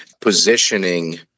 positioning